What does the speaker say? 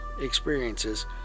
experiences